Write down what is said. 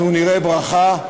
אנחנו נראה ברכה,